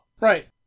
right